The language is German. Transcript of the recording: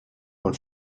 von